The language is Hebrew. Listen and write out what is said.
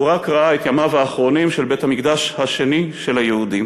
הוא רק ראה את ימיו האחרונים של בית-המקדש השני של היהודים.